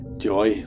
Joy